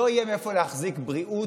לא יהיה מאיפה להחזיק בריאות,